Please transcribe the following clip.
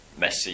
Messi